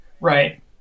Right